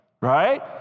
right